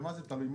במה זה תלוי?